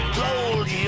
gold